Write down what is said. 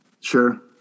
sure